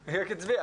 היא הצביעה.